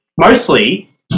mostly